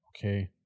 okay